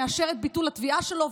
מאשר את ביטול התביעה שלו,